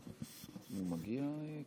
צריך להתחיל להאמין